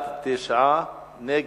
6), התש"ע 2010, לוועדת הכלכלה נתקבלה.